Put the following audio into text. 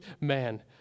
man